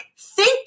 thank